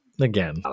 again